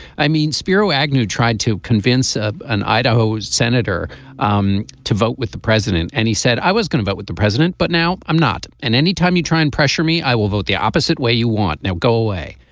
i mean spiro agnew tried to convince ah an idaho senator um to vote with the president and he said i was gonna vote with the president but now i'm not. and anytime you try and pressure me i will vote the opposite way you want. now go away.